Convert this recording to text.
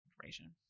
information